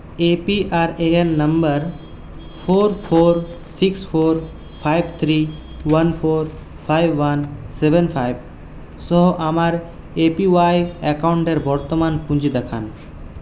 এ PRAN নম্বর four four six four five three one four one seven five সহ আমার APY অ্যাকাউন্টের বর্তমান পুঁজি দেখান